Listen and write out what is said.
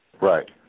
Right